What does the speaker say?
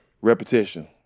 Repetition